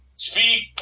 Speak